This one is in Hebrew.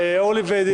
זה לא שינוי כללי משחק.